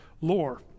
lore